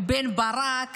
בן ברק